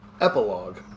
epilogue